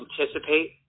anticipate